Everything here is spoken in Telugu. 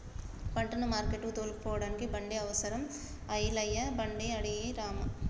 పంటను మార్కెట్టుకు తోలుకుపోడానికి బండి అవసరం అయి ఐలయ్య బండి అడిగే రాము